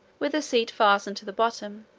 with a seat fastened to the bottom,